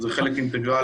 זה חלק אינטגרלי